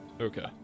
okay